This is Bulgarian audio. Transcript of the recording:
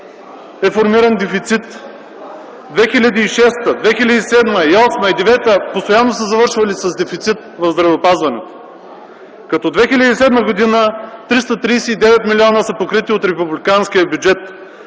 е формиран дефицит; 2006, 2007, 2008, 2009 г. постоянно са завършвали с дефицит в здравеопазването, като 2007 г. – 339 млн. са покрити от Републиканския бюджет;